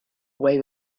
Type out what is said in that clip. way